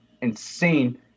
insane